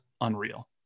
unreal